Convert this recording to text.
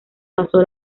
pasó